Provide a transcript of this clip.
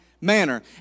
manner